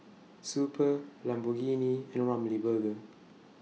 Super Lamborghini and Ramly Burger